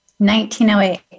1908